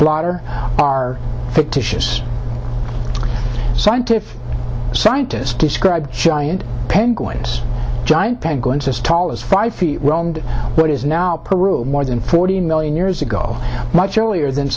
blotter are fictitious scientific scientists describe giant penguins giant penguins as tall as five feet and what is now peru more than forty million years ago much earlier than